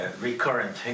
recurrent